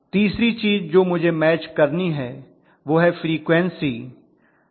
तीसरी चीज जो मुझे मैच करनी है वह है फ्रीक्वन्सी